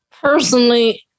personally